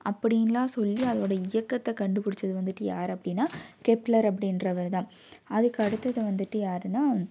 அப்படின்னுலாம் சொல்லி அதோட இயக்கத்தை கண்டுபிடிச்சது வந்துட்டு யார் அப்படின்னால் கெப்லர் அப்படிகிறவருதான் அதுக்கடுத்தது வந்துட்டு யாருன்னால்